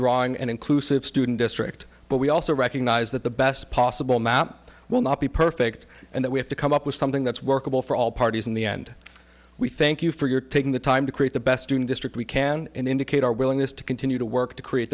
drawing an inclusive student district but we also recognize that the best possible map will not be perfect and that we have to come up with something that's workable for all parties in the end we thank you for your taking the time to create the best student district we can indicate our willingness to continue to work to create